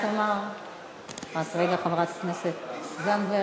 חברת הכנסת זנדברג.